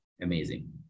amazing